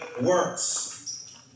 works